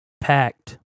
packed